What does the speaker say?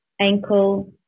ankle